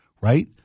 right